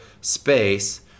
space